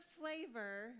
flavor